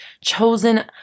chosen